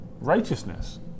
righteousness